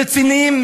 רציניים,